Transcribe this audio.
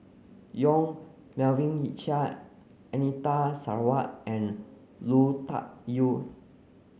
Yong Melvin Yik Chye Anita Sarawak and Lui Tuck Yew